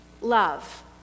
love